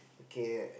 okay